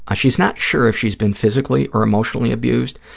ah she's not sure if she's been physically or emotionally abused,